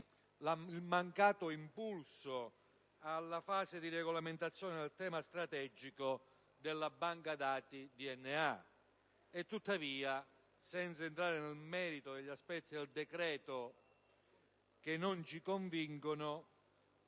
del Governo alla fase di regolamentazione del tema strategico della banca dati del DNA. Tuttavia, senza entrare nel merito degli aspetti del decreto che non ci convincono,